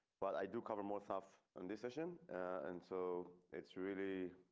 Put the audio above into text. but i do cover more stuff on this session and so it's really?